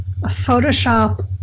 Photoshop